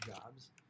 jobs